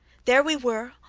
there we were,